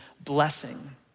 blessing